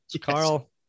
carl